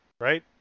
right